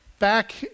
Back